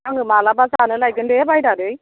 आङो माब्लाबा जानो लायगोन दे बायनानै